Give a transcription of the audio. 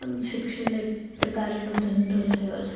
આમ શિક્ષણ એક પ્રકારનો ધંધો થયો છે